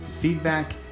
feedback